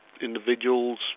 individuals